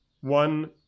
one